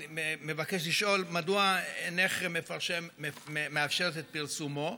אני מבקש לשאול מדוע אינך מאפשרת את פרסומו.